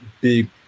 big